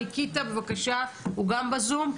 ניקיטה, בבקשה, הוא גם בזום.